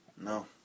No